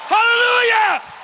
Hallelujah